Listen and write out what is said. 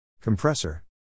Compressor